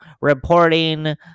reporting